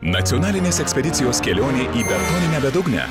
nacionalinės ekspedicijos kelionė į betoninę bedugnę